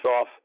off